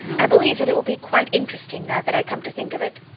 i believe that it will be quite interesting, now that i come to think of it.